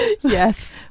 Yes